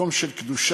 מקום של קדושה,